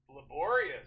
Laborious